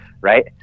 right